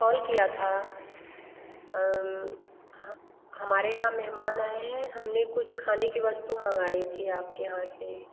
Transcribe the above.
call किया था हमारे यहाँ मेहमान आए हैं हमने कुछ खाने की वस्तु मँगाई थी आपके यहाँ से